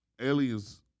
aliens